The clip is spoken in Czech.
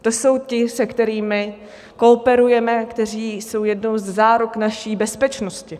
To jsou ti, se kterými kooperujeme, kteří jsou jednou ze záruk naší bezpečnosti.